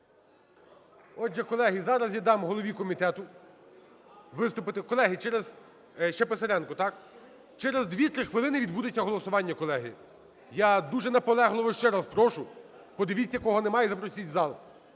Отже, колеги, зараз я дам голові комітету виступити. Колеги, через… Ще Писаренку, так? Через 2-3 хвилини відбудеться голосування, колеги. Я дуже наполегливо ще раз прошу, подивіться кого немає і запросіть в зал.